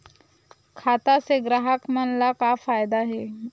खाता से ग्राहक मन ला का फ़ायदा हे?